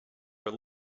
are